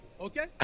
okay